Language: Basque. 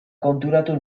konturatu